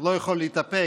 לא יכול להתאפק,